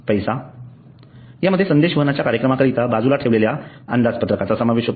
पैसा यामध्ये संदेश वाहनाच्या कार्यक्रमाकरिता बाजूला ठेवलेल्या अंदाज पत्रकाचा समावेश होतो